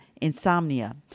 insomnia